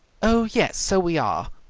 oh, yes, so we are!